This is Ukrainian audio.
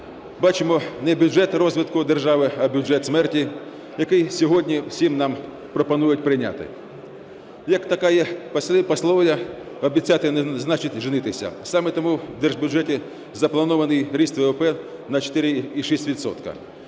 Бачимо не бюджет розвитку держави, а бюджет смерті, який сьогодні всім нам пропонують прийняти. Як таке є прислів'я "обіцяти – не значить женитися". Саме тому в держбюджеті запланований ріст ВВП на 4,6